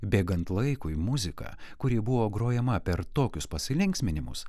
bėgant laikui muzika kuri buvo grojama per tokius pasilinksminimus